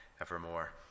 evermore